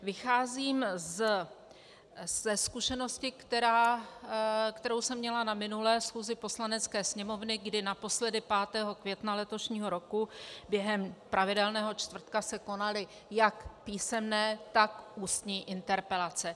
Vycházím ze zkušenosti, kterou jsem měla na minulé schůzi Poslanecké sněmovny, kdy naposledy 5. května letošního roku během pravidelného čtvrtka se konaly jak písemné, tak ústní interpelace.